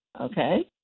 okay